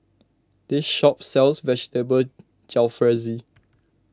this shop sells Vegetable Jalfrezi